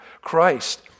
Christ